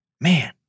man